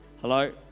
hello